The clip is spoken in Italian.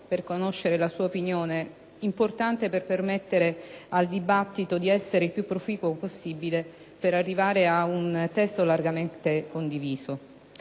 per conoscere la sua opinione, importante per permettere al dibattito di essere il più proficuo possibile, così da arrivare ad un testo largamente condiviso.